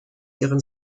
ihren